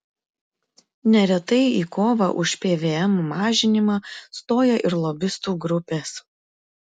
neretai į kovą už pvm mažinimą stoja ir lobistų grupės